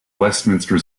westminster